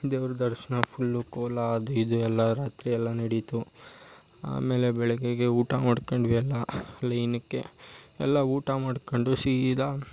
ದೇವ್ರ ದರ್ಶನ ಫುಲ್ಲು ಕೋಲ ಅದು ಇದು ಎಲ್ಲ ರಾತ್ರಿ ಎಲ್ಲ ನಡೀತು ಆಮೇಲೆ ಬೆಳಗ್ಗೆಗೆ ಊಟ ಮಾಡ್ಕೊಂಡ್ವಿ ಎಲ್ಲ ಅಲ್ಲಿ ಏನಕ್ಕೆ ಎಲ್ಲ ಊಟ ಮಾಡ್ಕೊಂಡು ಸೀದಾ